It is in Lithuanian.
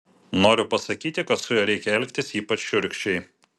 noriu pasakyti kad su juo reikia elgtis ypač šiurkščiai